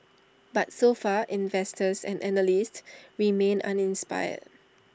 but so far investors and analysts remain uninspired